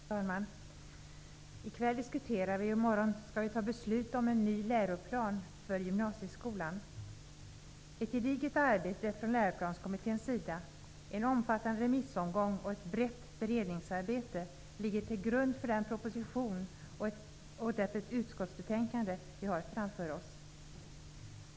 Herr talman! I kväll diskuterar vi och i morgon skall vi besluta om en ny läroplan för gymnasieskolan. Ett gediget arbete från Läroplanskommitténs sida, en omfattande remissomgång och ett brett beredningsarbete ligger till grund för den proposition och det utskottsbetänkande vi har framför oss.